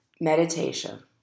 meditation